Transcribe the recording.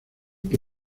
que